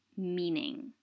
meaning